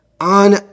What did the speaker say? on